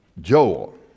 Joel